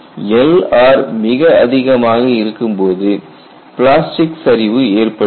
Lr மிக அதிகமாக இருக்கும்போது பிளாஸ்டிக் சரிவு ஏற்படுகிறது